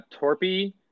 torpy